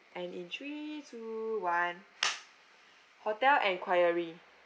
and in three two one hotel inquiry